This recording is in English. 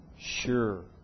sure